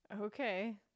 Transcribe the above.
Okay